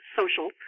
social